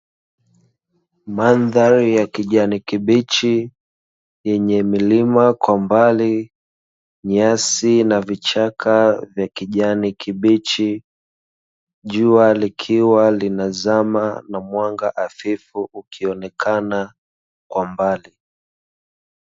Mandhari ya kijani kibichi yenye milima kwa mbali, nyasi na vichaka vya kijani kibichi. Jua likiwa linazama na mwanga hafifu ukionekana kwa mbali.